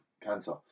cancer